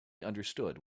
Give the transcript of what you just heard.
understood